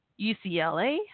UCLA